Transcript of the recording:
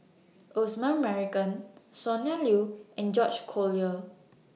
Osman Merican Sonny Liew and George Collyer